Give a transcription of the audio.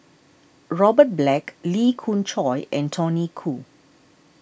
Robert Black Lee Khoon Choy and Tony Khoo